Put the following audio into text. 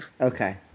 Okay